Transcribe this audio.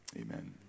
Amen